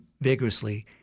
vigorously